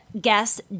guess